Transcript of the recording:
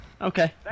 Okay